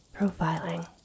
profiling